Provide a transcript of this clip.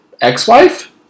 ex-wife